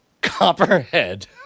Copperhead